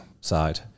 side